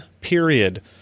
period